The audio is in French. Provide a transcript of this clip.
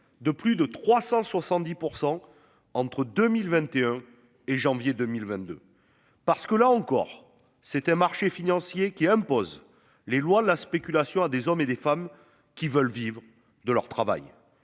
de plus de 370% entre 2021 et janvier 2022. Parce que là encore c'était marchés financiers qui impose les lois la spéculation à des hommes et des femmes qui veulent vivre de leur travail.